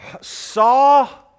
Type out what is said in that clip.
saw